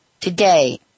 Today